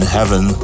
Heaven